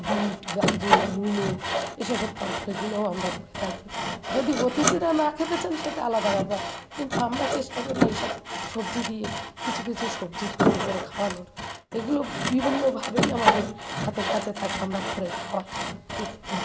bit গাজর মূলো এসবের তরকারিগুলোও আমরা করে থাকি যদি অতিথিরা না খেতে চান সেটা আলাদা ব্যাপার কিন্তু আমরা চেষ্টা করি এই সব সবজি দিয়ে কিছু কিছু সবজি তৈরি করে খাওয়ানোর এগুলো বিভিন্নভাবেই আমাদের হাতের কাছে থাকে আমরা করে খাওয়াই অতিথিদের